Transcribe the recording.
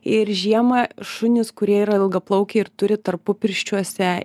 ir žiemą šunys kurie yra ilgaplaukiai ir turi tarpupirščiuose